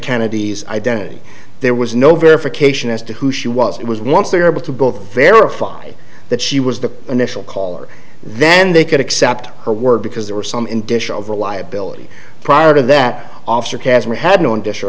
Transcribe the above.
kennedy's identity there was no verification as to who she was it was once they were able to both verify that she was the initial caller then they could accept her word because there were some in dish of reliability prior to that officer casper had known dish